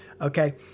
Okay